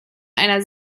einer